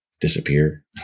disappear